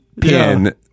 pin